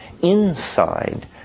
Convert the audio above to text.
inside